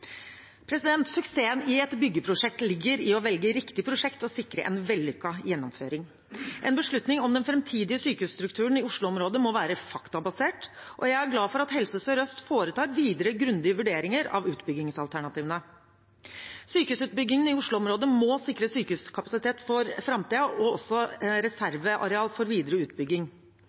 Suksessen i et byggeprosjekt ligger i å velge riktig prosjekt og å sikre en vellykket gjennomføring. En beslutning om den framtidige sykehusstrukturen i Oslo-området må være faktabasert, og jeg er glad for at Helse Sør-Øst foretar videre grundige vurderinger av utbyggingsalternativene. Sykehusutbyggingen i Oslo-området må sikre sykehuskapasitet for framtiden og også reserveareal for videre utbygging.